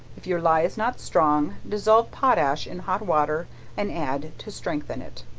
if your ley is not strong, dissolve potash in hot water and add to strengthen it.